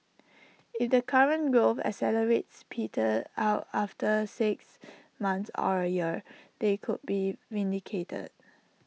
if the current growth accelerates peters out after six months or A year they could be vindicated